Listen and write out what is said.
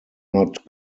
not